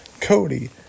Cody